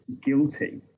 guilty